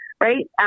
Right